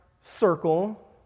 circle